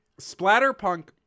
Splatterpunk